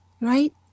right